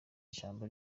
ijambo